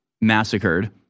massacred